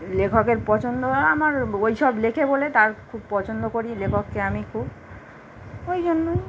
লেখকের পছন্দ আর আমার ওইসব লেখে বলে তার খুব পছন্দ করি লেখককে আমি খুব ওই জন্য